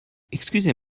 excusez